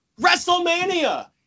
wrestlemania